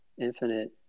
infinite